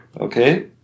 okay